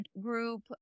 group